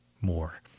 more